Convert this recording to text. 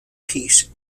piece